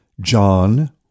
John